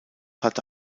hatte